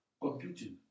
computing